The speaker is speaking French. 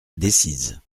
decize